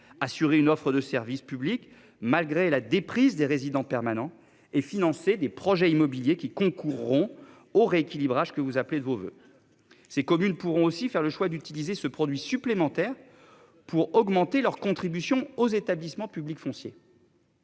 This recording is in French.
Assurer une offre de service public malgré la déprise des résidents permanents et financer des projets immobiliers qui concourront au rééquilibrage que vous appelez de vos voeux. Ces communes pourront aussi faire le choix d'utiliser ce produit supplémentaire. Pour augmenter leur contribution aux établissements publics fonciers.